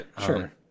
sure